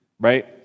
right